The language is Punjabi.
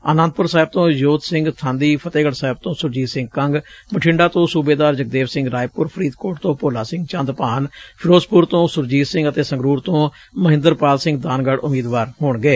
ਆਨੰਦਪੁਰ ਸਾਹਿਬ ਤੋਂ ਯੋਧ ਸਿੰਘ ਬਾਂਦੀ ਫਤਹਿਗੜ੍ ਸਾਹਿਬ ਤੋਂ ਸੁਰਜੀਤ ਸਿੰਘ ਕੰਗ ਬਠਿੰਡਾ ਤੋਂ ਸੂਬੇਦਾਰ ਜਗਦੇਵ ਸਿੰਘ ਰਾਏਪੁਰ ਫਰੀਦਕੋਟ ਤੋਂ ਭੋਲਾ ਸਿੰਘ ਚੰਦਭਾਨ ਫਿਰੋਜ਼ਪੁਰ ਤੋਂ ਸੁਰਜੀਤ ਸਿੰਘ ਅਤੇ ਸੰਗਰੂਰ ਤੋਂ ਮਹਿੰਦਰਪਾਲ ਸਿੰਘ ਦਾਨਗੜ੍ਹ ਉਮੀਦਵਾਰ ਹੋਣਗੇ